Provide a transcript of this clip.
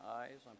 eyes